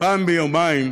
פעם ביומיים